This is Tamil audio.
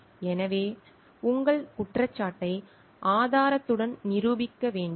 எனவே உங்கள் குற்றச்சாட்டை ஆதாரத்துடன் நிரூபிக்க வேண்டும்